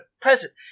present